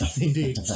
Indeed